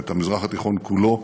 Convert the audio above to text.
את המזרח התיכון כולו.